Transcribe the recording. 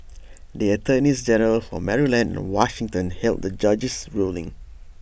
the attorneys general for Maryland and Washington hailed the judge's ruling